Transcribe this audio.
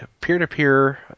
peer-to-peer